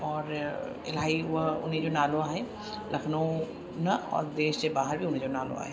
और इलाही हूअ उन्हीअ जो नालो आहे लखनऊ न और देश जे ॿाहिरि बि हुनजो नालो आहे